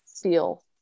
feel